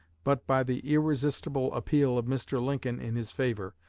but by the irresistible appeal of mr. lincoln in his favor,